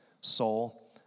soul